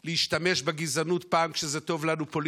להשתמש בגזענות כשזה טוב לנו פוליטית,